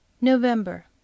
November